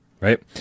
right